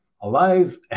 alive